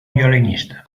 violinista